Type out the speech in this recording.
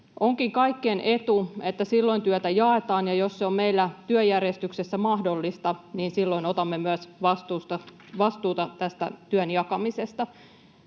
Onkin kaikkien etu, että silloin työtä jaetaan ja jos se on meillä työjärjestyksessä mahdollista, niin silloin otamme myös vastuuta tästä työn jakamisesta.